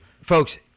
folks